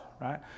right